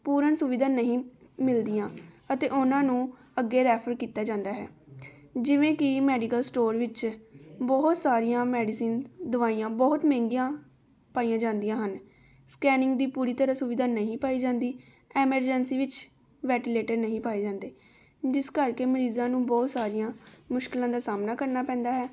ਪੂਰਨ ਸੁਵਿਧਾ ਨਹੀਂ ਮਿਲਦੀਆਂ ਅਤੇ ਉਹਨਾਂ ਨੂੰ ਅੱਗੇ ਰੈਫਰ ਕੀਤਾ ਜਾਂਦਾ ਹੈ ਜਿਵੇਂ ਕਿ ਮੈਡੀਕਲ ਸਟੋਰ ਵਿੱਚ ਬਹੁਤ ਸਾਰੀਆਂ ਮੈਡੀਸਨ ਦਵਾਈਆਂ ਬਹੁਤ ਮਹਿੰਗੀਆਂ ਪਾਈਆਂ ਜਾਂਦੀਆਂ ਹਨ ਸਕੈਨਿੰਗ ਦੀ ਪੂਰੀ ਤਰ੍ਹਾਂ ਸੁਵਿਧਾ ਨਹੀਂ ਪਾਈ ਜਾਂਦੀ ਐਮਰਜੈਂਸੀ ਵਿੱਚ ਵੈਟੀਲੇਟਰ ਨਹੀਂ ਪਾਏ ਜਾਂਦੇ ਜਿਸ ਕਰਕੇ ਮਰੀਜ਼ਾਂ ਨੂੰ ਬਹੁਤ ਸਾਰੀਆਂ ਮੁਸ਼ਕਿਲਾਂ ਦਾ ਸਾਹਮਣਾ ਕਰਨਾ ਪੈਂਦਾ ਹੈ